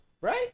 Right